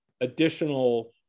additional